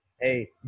Hey